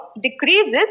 decreases